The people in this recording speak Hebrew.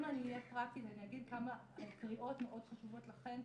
אם אני אהיה פרקטית אני אגיד כמה קריאות מאוד חשובות לכן,